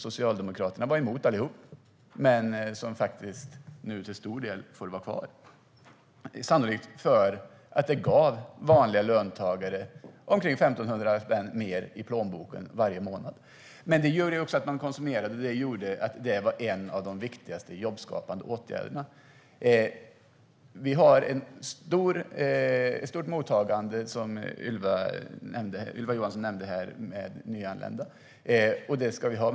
Socialdemokraterna var emot alla de fem jobbskatteavdragen, men nu får de till stor del vara kvar, sannolikt för att de gav vanliga löntagare omkring 1 500 spänn mer i plånboken varje månad. Det gjorde också att man konsumerade. Därmed var det en av de viktigaste jobbskapande åtgärderna. Vi har ett stort mottagande av nyanlända, som Ylva Johansson nämnde, och det ska vi ha.